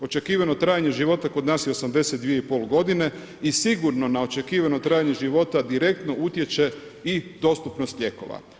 Očekivano trajanje života kod nas je 82,5 godine i sigurno na očekivano trajanje života direktno utječe i dostupnost lijekova.